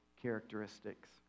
characteristics